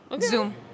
zoom